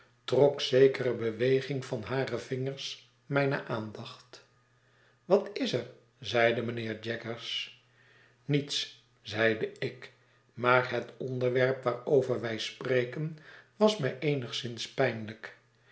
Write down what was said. trok zekere beweging van hare vingers mijne aandacht wat is er zeide mijnheer jaggers niets zeide ik maar het onderwerp waarover wij spreken was mij eenigszins pijnlijk